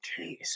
jeez